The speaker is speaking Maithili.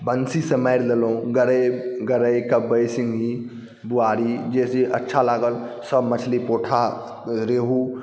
बन्सीसँ मारि लेलहुँ गरै गरै कबै सिङ्गही बोआरी जे अच्छा लागल सब मछली पोठहा रेहू